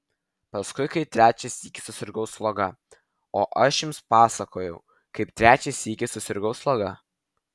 paskui kai trečią sykį susirgau sloga o aš jums pasakojau kaip trečią sykį susirgau sloga